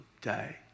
day